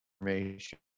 information